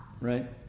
right